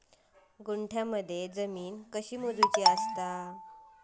गुंठयामध्ये जमीन कशी मोजूची असता?